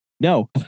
No